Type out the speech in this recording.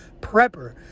prepper